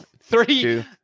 three